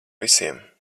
visiem